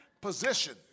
position